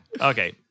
Okay